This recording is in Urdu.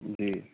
جی